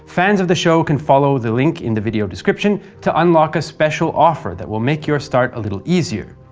fans of the show can follow the link in the video description to unlock a special offer that will make your start a little easier.